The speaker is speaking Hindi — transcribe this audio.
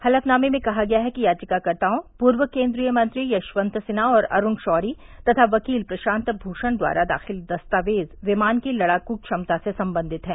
हलफनामे में कहा गया है कि याचिकाकर्ताओं पूर्व केन्द्रीय मंत्री यशवंत सिन्हा और अरुण शौरी तथा वकील प्रशांत भूषण द्वारा दाखिल दस्तावेज विमान की लड़ाकू क्षमता से सम्बन्धित है